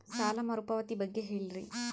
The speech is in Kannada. ಸಾಲ ಮರುಪಾವತಿ ಬಗ್ಗೆ ಹೇಳ್ರಿ?